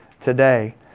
today